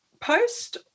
post